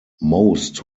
most